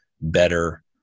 better